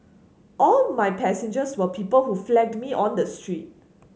all my passengers were people who flagged me on the street